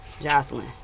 Jocelyn